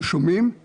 שמי דני